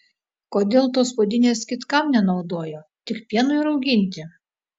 kodėl tos puodynės kitkam nenaudojo tik pienui rauginti